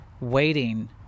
waiting